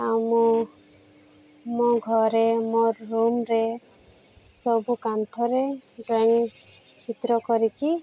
ଆଉ ମୁଁ ମୋ ଘରେ ମୋ ରୁମ୍ରେ ସବୁ କାନ୍ଥରେ ଡ୍ରଇଂ ଚିତ୍ର କରିକି